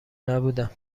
نبودم